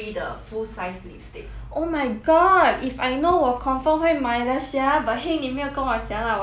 oh my god if I know 我 confirm 会买 sia but heng 你没跟我讲 lah 我 save 很多钱 liao